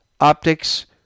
optics